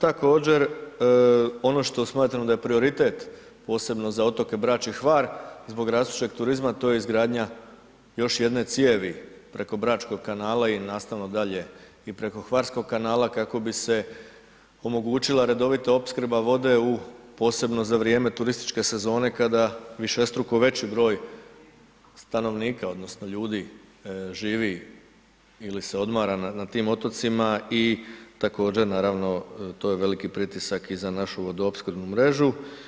Također ono što smatram da je prioritet posebno za otoke Brač i Hvar zbog rastućeg turizma, to je izgradnja još jedne cijevi preko Bračkog kanala i nastavno dalje i preko Hvarskog kanala kako bi se omogućila redovita opskrba vode posebno za vrijeme turističke sezone kada višestruko veći broj stanovnika odnosno ljudi živi ili se odmara na tim otocima i također naravno to je veliki pritisak i za našu vodoopskrbnu mrežu.